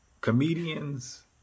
comedians